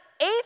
eighth